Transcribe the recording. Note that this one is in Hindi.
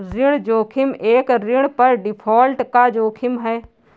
ऋण जोखिम एक ऋण पर डिफ़ॉल्ट का जोखिम है